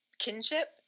Kinship